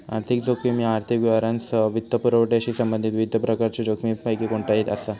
आर्थिक जोखीम ह्या आर्थिक व्यवहारांसह वित्तपुरवठ्याशी संबंधित विविध प्रकारच्यो जोखमींपैकी कोणताही असा